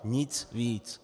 Nic víc.